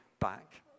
back